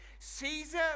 Caesar